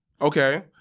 Okay